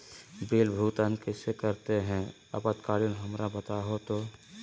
Bill भुगतान कैसे करते हैं आपातकालीन हमरा बताओ तो?